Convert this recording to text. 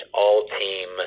all-team